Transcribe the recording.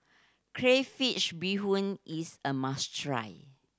crayfish beehoon is a must try